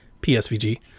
PSVG